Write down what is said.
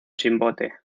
chimbote